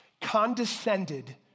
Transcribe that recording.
condescended